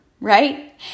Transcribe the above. right